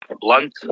blunt